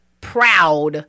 proud